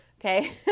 okay